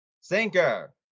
sinker